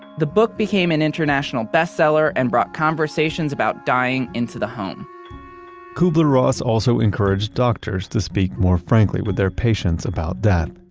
the book became an international bestseller and brought conversations about dying into the home kubler-ross also encouraged doctors to speak more frankly with their patients about death.